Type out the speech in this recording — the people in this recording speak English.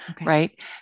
right